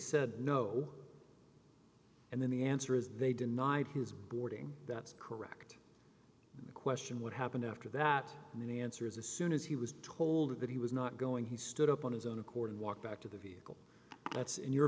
said no and then the answer is they denied his boarding that's correct the question what happened after that and the answer is as soon as he was told that he was not going he stood up on his own accord and walked back to the view that's in your